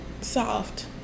soft